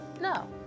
No